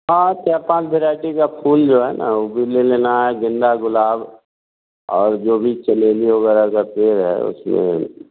हाँ चार पाँच वैराईटी का फूल जो है ना वह भी ले लाना है गेंदा गुलाब और जो भी चमेली वगैरह का पेड़ है उसमें